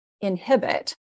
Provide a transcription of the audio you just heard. Inhibit